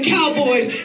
Cowboys